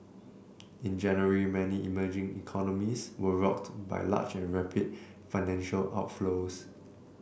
in January many emerging economies were rocked by large and rapid financial outflows